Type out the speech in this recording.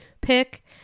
pick